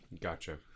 Gotcha